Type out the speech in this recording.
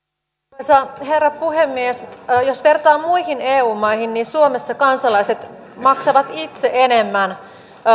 arvoisa herra puhemies jos vertaa muihin eu maihin niin suomessa kansalaiset maksavat itse enemmän